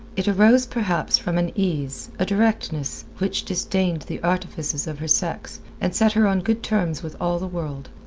it arose perhaps from an ease, a directness, which disdained the artifices of her sex, and set her on good terms with all the world.